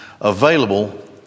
available